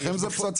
לכם זה פצצה.